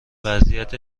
وضعیت